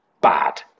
bad